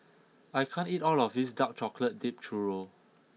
I can't eat all of this dark chocolate dipped Churro